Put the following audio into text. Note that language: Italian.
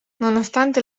nonostante